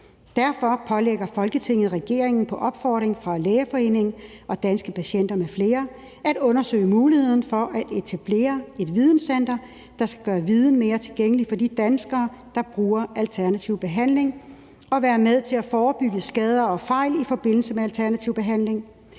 Derfor pålægger Folketinget regeringen på opfordring fra Lægeforeningen og Danske Patienter m.fl. at undersøge muligheden for at etablere et videncenter, der skal gøre viden mere tilgængelig for de danskere, der bruger alternativ behandling, og være med til at forebygge skader og fejl i forbindelse med alternativ behandling.